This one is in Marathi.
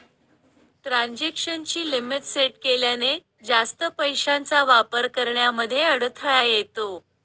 ट्रांजेक्शन ची लिमिट सेट केल्याने, जास्त पैशांचा वापर करण्यामध्ये अडथळा येतो